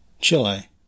Chile